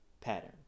pattern